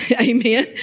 amen